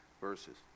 verses